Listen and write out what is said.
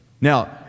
Now